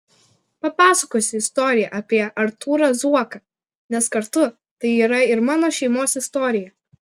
papasakosiu istoriją apie artūrą zuoką nes kartu tai yra ir mano šeimos istorija